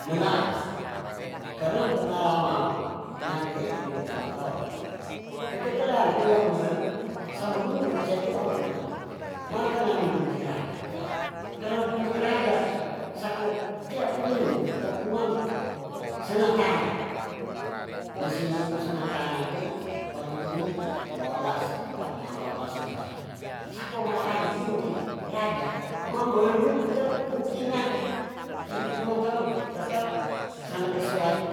Nenaan kere pengalamang ku nyaku yai tuju plima taon keketedan ku yang meren samen murut setu ampuna makanan yam punti raya kerem mpunti raya ti sako tiap minggu ko kumang sena tanga nisi nitu senatanga tii paling tinggi dua blas kapa ampa blas biji sako makan pun ti raya ma meren mu ketet b ukti nyaku tuju plima taon tetap sane kesua yo